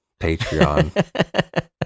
patreon